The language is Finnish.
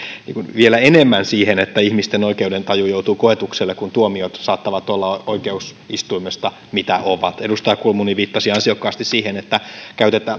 vielä enemmän siihen että ihmisten oikeudentaju joutuu koetukselle kun tuomiot saattavat olla oikeusistuimesta mitä ovat edustaja kulmuni viittasi ansiokkaasti siihen että